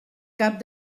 cap